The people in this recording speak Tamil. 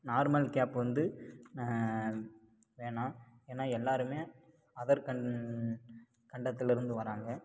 நார்மல் கேப் வந்து வேணா ஏன்னா எல்லாருமே அதர் கண் கண்டத்தில் இருந்து வராங்க